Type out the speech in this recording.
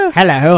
Hello